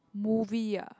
movie ah